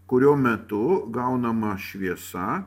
kurio metu gaunama šviesa